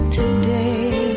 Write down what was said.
today